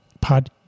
pod